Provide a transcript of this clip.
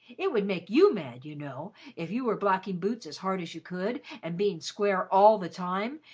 it would make you mad, you know, if you were blacking boots as hard as you could, and being square all the time,